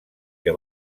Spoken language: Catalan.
que